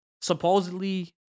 supposedly